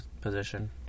position